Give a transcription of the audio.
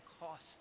cost